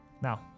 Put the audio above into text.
Now